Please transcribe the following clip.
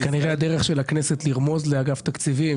השינוי הדמוגרפי בא לידי ביטוי בקצב גידול האוכלוסייה ובהרכב שלה,